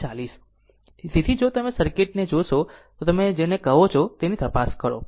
તેથી જો તમે આ સર્કિટ ને જોશો તો તમે જેને કહો છો તેની તપાસ કરો